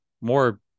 more